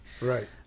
Right